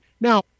Now